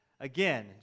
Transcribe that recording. again